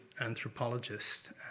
anthropologist